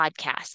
podcast